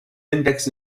index